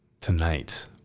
tonight